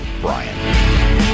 Brian